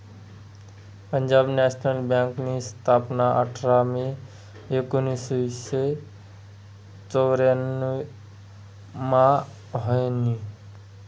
Punjab national बँकनी स्थापना आठरा मे एकोनावीसशे चौर्यान्नव मा व्हयनी